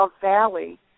valley